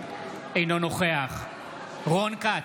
אינו נוכח רון כץ,